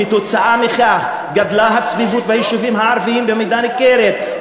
כתוצאה מכך גדלה הצפיפות ביישובים הערביים במידה ניכרת,